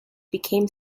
became